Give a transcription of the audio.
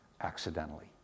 accidentally